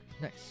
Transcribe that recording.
nice